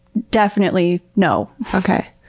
definitely no okay.